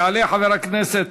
יעלה חבר הכנסת